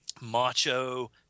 macho